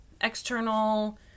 external